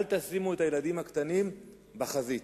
אל תשימו את הילדים הקטנים בחזית.